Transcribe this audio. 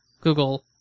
Google